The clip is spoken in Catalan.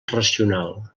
racional